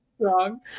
wrong